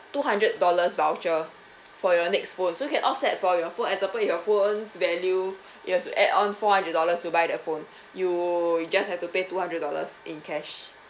two hundred dollars voucher for your next phone so you can offset for your phone example your phone's value you have to add on four hundred dollars to buy that phone you you just have to pay two hundred dollars in cash